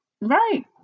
right